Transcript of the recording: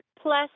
plus